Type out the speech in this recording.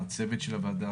הצוות של הוועדה,